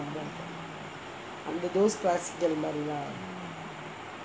அந்த:antha those classical மாரி:maari lah